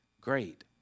great